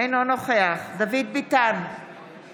אינו נוכח דוד ביטן,